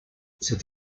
cette